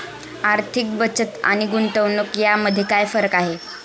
आर्थिक बचत आणि गुंतवणूक यामध्ये काय फरक आहे?